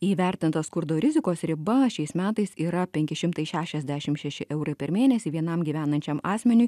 įvertinta skurdo rizikos riba šiais metais yra penki šimtai šešiasdešim šeši eurai per mėnesį vienam gyvenančiam asmeniui